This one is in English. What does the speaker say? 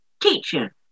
Teacher